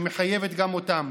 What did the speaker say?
שמחייבת גם אותם,